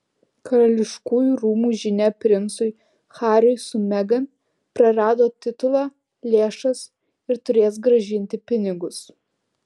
karališkųjų rūmų žinia princui hariui su megan prarado titulą lėšas ir turės grąžinti pinigus